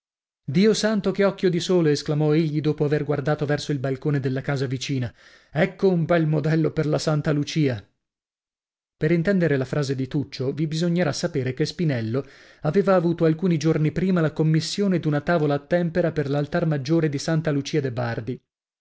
dio santo che occhio di sole esclamò egli dopo aver guardato verso il balcone della casa vicina ecco un bel modello per la santa lucia per intendere la frase di tuccio vi bisognerà sapere che spinello aveva avuto alcuni giorni prima la commissione d'una tavola a tempera per l'altar maggiore di santa lucia de bardi